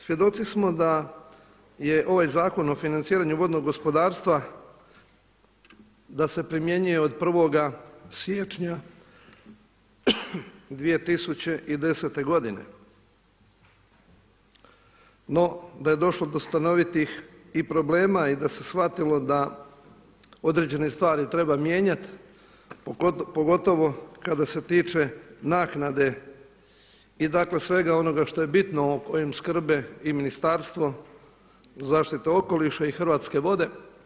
Svjedoci smo da je ovaj Zakon o financiranju vodnog gospodarstva, da se primjenjuje od 1. siječnja 2010. godine no da je došlo do stanovitih i problema i da se shvatilo da određene stvari treba mijenjati pogotovo kada se tiče naknade i dakle svega onoga što je bitno o kojem skrbe i Ministarstvo zaštite okoliša i Hrvatske vode.